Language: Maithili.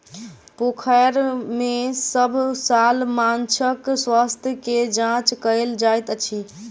पोखैर में सभ साल माँछक स्वास्थ्य के जांच कएल जाइत अछि